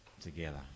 together